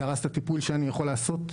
זה הרס את הטיפול שאני יכול לעשות.